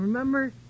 remember